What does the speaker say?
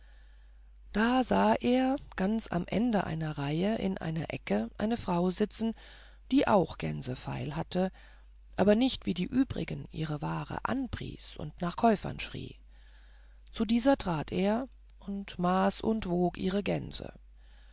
da sah er ganz am ende einer reihe in einer ecke eine frau sitzen die auch gänse feil hatte aber nicht wie die übrigen ihre ware anpries und nach käufern schrie zu dieser trat er und maß und wog ihre gänse